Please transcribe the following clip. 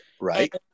right